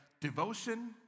devotion